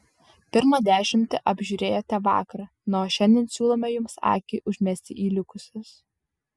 pirmą dešimtį apžiūrėjote vakar na o šiandien siūlome jums akį užmesti į likusius